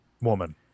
woman